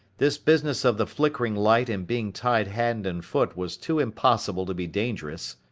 this business of the flickering light and being tied hand and foot was too impossible to be dangerous.